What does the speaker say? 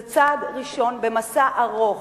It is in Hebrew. זה צעד ראשון במסע ארוך,